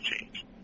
change